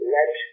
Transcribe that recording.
Let